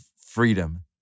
freedom